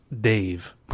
Dave